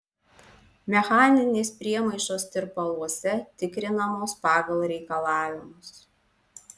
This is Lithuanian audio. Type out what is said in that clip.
mechaninės priemaišos tirpaluose tikrinamos pagal reikalavimus